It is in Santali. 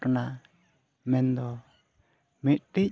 ᱜᱷᱚᱴᱚᱱᱟ ᱢᱮᱱᱫᱚ ᱢᱤᱫᱴᱤᱡ